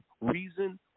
reason